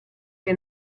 que